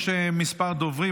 יש כמה דוברים,